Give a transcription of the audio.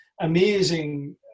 amazing